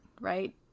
right